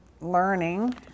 learning